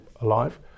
alive